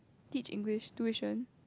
teach English tuition